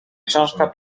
książka